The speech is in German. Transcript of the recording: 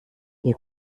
ihr